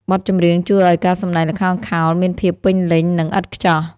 បទចម្រៀងជួយឱ្យការសម្ដែងល្ខោនខោលមានភាពពេញលេញ និងឥតខ្ចោះ។